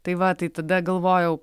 tai va tai tada galvojau